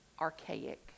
Archaic